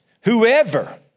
Whoever